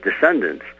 descendants